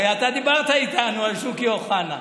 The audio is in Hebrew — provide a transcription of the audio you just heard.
הרי אתה דיברת איתנו על שוקי אוחנה.